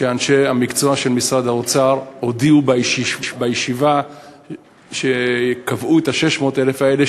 שאנשי המקצוע של משרד האוצר הודיעו בישיבה שבה קבעו את ה-600,000 האלה,